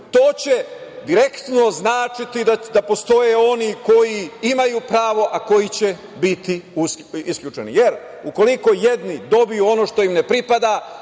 to će direktno značiti da postoje oni koji imaju pravo, a koji će biti isključeni. Ukoliko jedni dobiju ono što im ne pripada,